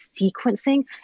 sequencing